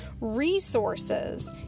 resources